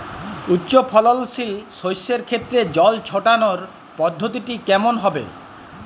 উচ্চফলনশীল শস্যের ক্ষেত্রে জল ছেটানোর পদ্ধতিটি কমন হবে?